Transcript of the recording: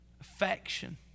affection